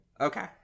okay